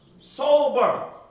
Sober